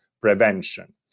prevention